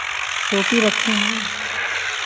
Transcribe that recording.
टोपी रखे हैं